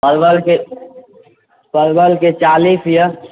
परवल के चालीस अइ